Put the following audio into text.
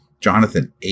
Jonathan